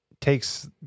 takes